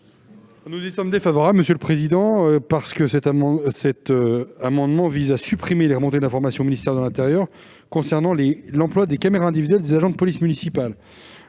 Nous y sommes défavorables, monsieur le président, parce que cet amendement vise à supprimer les remontées d'informations au ministère de l'intérieur concernant l'emploi des caméras individuelles des agents de police municipale.